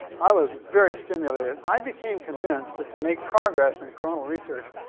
i was very stimulated. i became convinced that to make progress in coronal research,